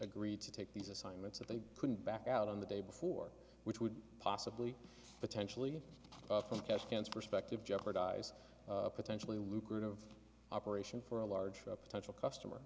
agreed to take these assignments that they couldn't back out on the day before which would possibly potentially from catch cancer perspective jeopardize a potentially lucrative operation for a large potential customer